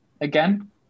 again